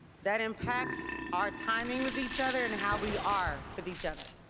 that impacts our timing with each other and how we are with each other.